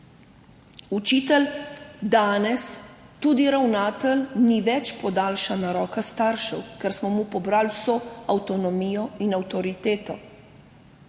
Učitelj, danes tudi ravnatelj, ni več podaljšana roka staršev, ker smo mu pobrali vso avtonomijo in avtoriteto